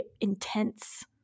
intense